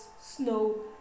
snow